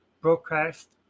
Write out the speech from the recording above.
broadcast